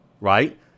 right